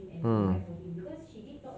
mm